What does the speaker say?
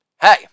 Hey